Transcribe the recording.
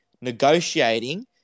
negotiating